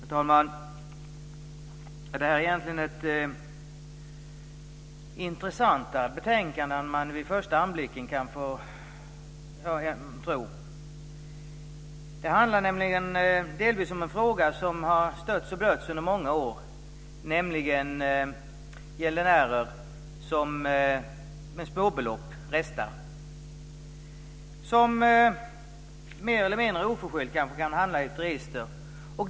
Fru talman! Det här är egentligen ett mer intressant betänkande än vad man vid första anblicken kan tro. Det handlar delvis om en fråga som har stötts och blötts under många år, nämligen gäldenärer som restar med småbelopp. De kan mer eller mindre oförskyllt hamna i register.